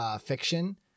fiction